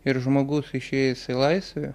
ir žmogus išėjęs į laisvę